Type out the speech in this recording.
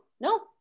no